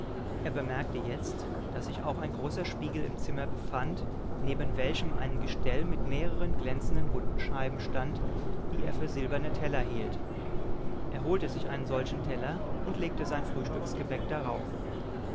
er bemerkte jetzt daß sich auch ein großer spiegel im zimmer befand neben welchem ein gestell mit mehreren glänzenden runden scheiben stand die er für silberne teller hielt er holte sich einen solchen teller und legte sein frühstücksgebäck darauf